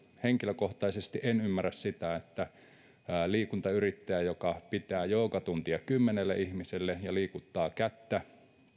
henkilökohtaisesti en ymmärrä sitä että kun liikuntayrittäjä pitää joogatuntia kymmenelle ihmiselle ja liikuttaa kättä